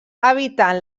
evitant